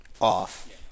off